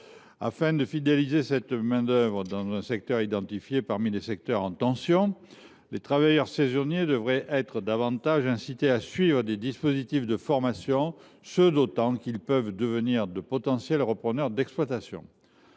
Afin de fidéliser cette main d’œuvre dans un secteur identifié comme étant en tension, les travailleurs saisonniers devraient être davantage incités à suivre des formations, d’autant qu’ils peuvent devenir de potentiels repreneurs d’exploitation.